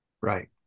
Right